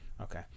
Okay